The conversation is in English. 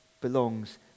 belongs